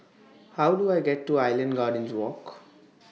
How Do I get to Island Gardens Walk